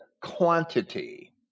quantity